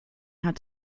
had